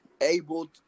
able